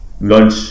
lunch